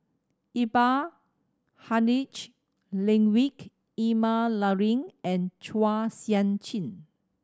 Iqbal Heinrich Ludwig Emil Luering and Chua Sian Chin